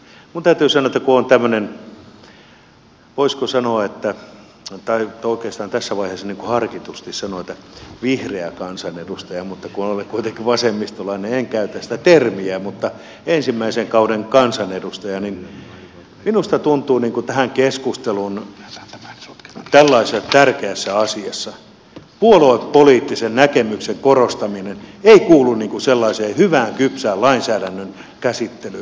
minun täytyy sanoa että kun on tämmöinen voisi oikeastaan tässä vaiheessa harkitusti sanoa että vihreä kansanedustaja mutta kun olen kuitenkin vasemmistolainen en käytä sitä termiä ensimmäisen kauden kansanedustaja niin minusta tuntuu kun on keskustelu tällaisesta tärkeästä asiasta että puoluepoliittisen näkemyksen korostaminen ei kuulu sellaiseen hyvään kypsään lainsäädännön käsittelyyn